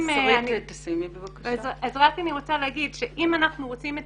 אני רוצה לומר שאם אנחנו רוצים את